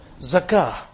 zakah